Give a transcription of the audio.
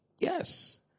Yes